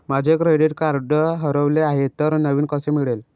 माझे credit card हरवले आहे तर नवीन कसे मिळेल?